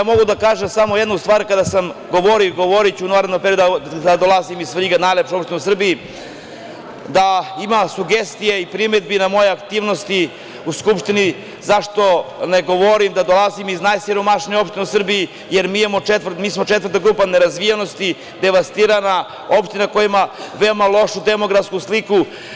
Mogu da kažem samo jednu stvar, kada sam govorio, a govoriću i u narednom periodu, ja dolazim iz Svrljiga, najlepše opštine u Srbiji, da ima sugestija i primedbi na moje aktivnosti u Skupštini, zašto ne govorim da dolazim iz najsiromašnije opštine u Srbiji, jer smo četvrta grupa nerazvijenosti, devastirana, opština koja ima veoma lošu demografsku sliku.